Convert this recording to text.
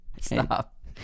stop